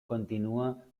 continúa